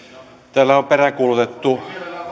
täällä on peräänkuulutettu